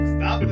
stop